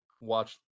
watch